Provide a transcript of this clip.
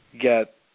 get